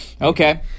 Okay